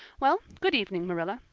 well, good evening, marilla.